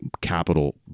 capital